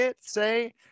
say